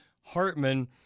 Hartman